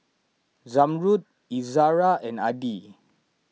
Zamrud Izara and Adi